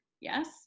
yes